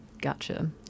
Gotcha